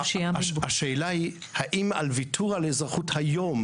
השאלה היא האם על ויתור על אזרחות היום